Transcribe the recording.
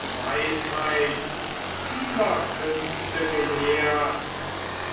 die weisheit vieler künste gelehrt